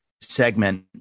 segment